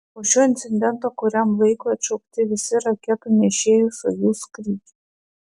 po šio incidento kuriam laikui atšaukti visi raketų nešėjų sojuz skrydžiai